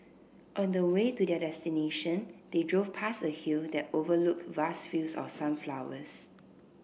on the way to their destination they drove past a hill that overlooked vast fields of sunflowers